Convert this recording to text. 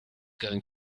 going